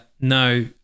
No